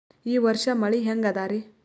ಈ ವರ್ಷ ಮಳಿ ಹೆಂಗ ಅದಾರಿ?